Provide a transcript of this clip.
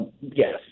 Yes